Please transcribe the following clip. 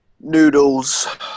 Noodles